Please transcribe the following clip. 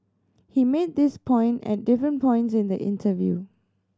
he made this point at different points in the interview